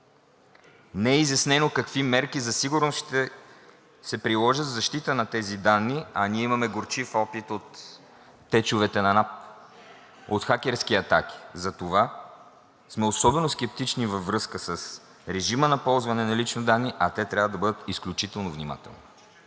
Не е изяснено какви мерки за сигурност ще се приложат за защита на тези данни, а ние имаме горчив опит от течовете на НАП от хакерски атаки, затова сме особено скептични във връзка с режима на ползване на лични данни, а те трябва да бъдат изключително внимателни.